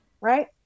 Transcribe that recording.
Right